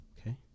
Okay